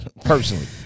Personally